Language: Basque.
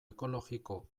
ekologiko